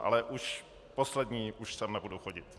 Ale už poslední, už sem nebudu chodit.